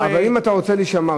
אבל אם אתה רוצה להישמע,